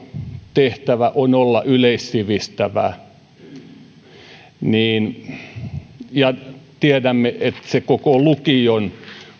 tehtävä on olla yleissivistävä ja tiedämme että se koko lukion